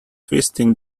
twisting